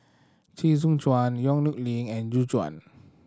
Chee Soon Juan Yong Nyuk Lin and Gu Juan